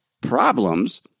problems